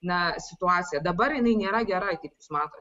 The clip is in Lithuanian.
na situacija dabar jinai nėra gera kaip jūs matot